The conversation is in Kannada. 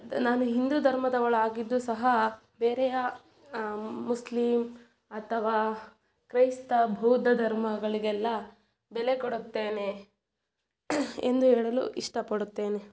ನಾನು ಹಿಂದೂ ಧರ್ಮದವಳಾಗಿದ್ದು ಸಹ ಬೇರೆಯ ಮುಸ್ಲೀಂ ಅಥವಾ ಕ್ರೈಸ್ತ ಬೌದ್ಧ ಧರ್ಮಗಳಿಗೆಲ್ಲ ಬೆಲೆ ಕೊಡುತ್ತೇನೆ ಎಂದು ಹೇಳಲು ಇಷ್ಟಪಡುತ್ತೇನೆ